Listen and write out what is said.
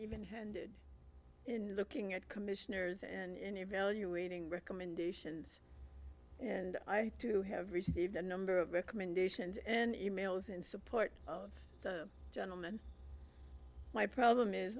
even handed in looking at commissioners and evaluating recommendations and i too have received a number of recommendations and emails in support of the gentleman my problem is